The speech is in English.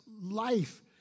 life